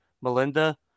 Melinda